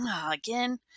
again